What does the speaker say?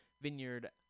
vineyard